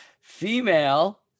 Female